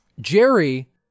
Jerry